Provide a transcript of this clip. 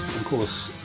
course,